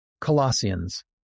Colossians